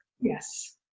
Yes